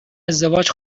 ازدواج